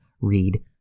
read